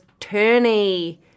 turny